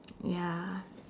ya